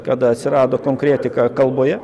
kada atsirado konkretika kalboje